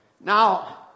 Now